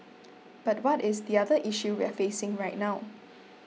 but what is the other issue we're facing right now